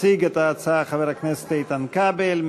הציג את ההצעה חבר הכנסת איתן כבל.